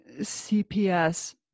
CPS